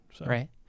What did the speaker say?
Right